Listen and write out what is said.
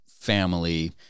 family